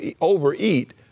overeat